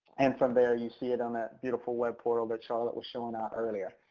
and from there you see it on that beautiful web portal that charlotte was showing ah earlier.